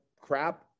crap